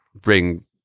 bring